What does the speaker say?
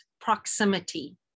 proximity